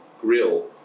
grill